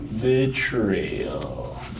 Betrayal